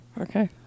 Okay